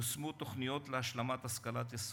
ייושמו תוכניות להשלמת השכלת יסוד,